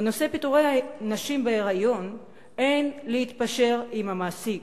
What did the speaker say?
בנושא פיטורי נשים בהיריון אין להתפשר עם המעסיק.